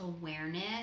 awareness